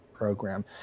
program